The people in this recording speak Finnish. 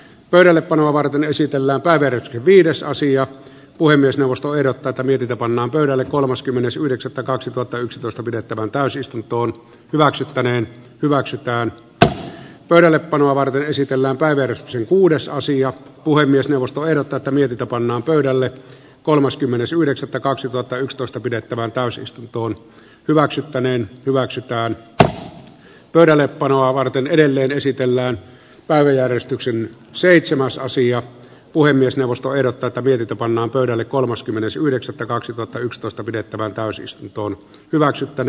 pöydällepanoa varten esitellään päiväretki viidessä asia puhemiesneuvostoehdokkaita virka pannaan pöydälle kolmaskymmenes yhdeksättä kaksituhattayksitoista pidettävään täysistuntoon hyväksyttäneen hyväksytään että pöydällepanoa varten esitellään päiver sinkkuudessasi ja puhemiesneuvosto ei tätä mietitä pannaan pöydälle kolmaskymmenes yhdeksättä kaksituhattayksitoista pidettävään täysistuntoon hyväksyttäneen hyväksytään että pöydällepanoa varten edelleen esitellään päiväjärjestyksen seitsemäs sija puhemiesneuvosto erotettavien jota pannaan pöydälle kolmaskymmenes yhdeksättä kaksituhattayksitoista pidettävään täysistuntoon hyväksyttävä